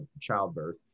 childbirth